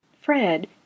Fred